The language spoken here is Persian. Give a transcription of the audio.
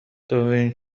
دومین